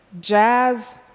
Jazz